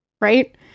right